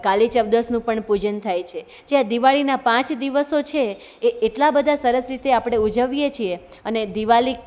કાળી ચૌદશનું પણ પૂજન થાય છે જ્યાં દિવાળીના પાંચ દિવસો છે એ એટલા બધા સરસ રીતે આપણે ઉજવીએ છીએ અને દિવાળી